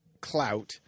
clout